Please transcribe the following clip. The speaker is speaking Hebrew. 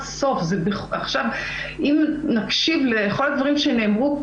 אם נקשיב לכל הדברים שנאמרו,